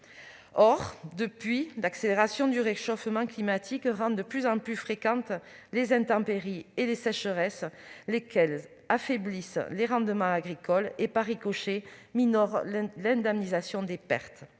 Or, depuis, l'accélération du réchauffement climatique rend de plus en plus fréquentes les intempéries et les sécheresses, lesquelles affaiblissent les rendements agricoles et, par ricochet, minorent l'indemnisation des pertes.